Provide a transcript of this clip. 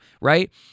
right